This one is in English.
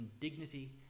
indignity